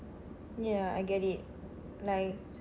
ya I get it like